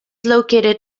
located